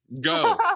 Go